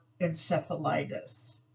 encephalitis